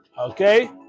Okay